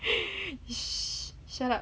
shut up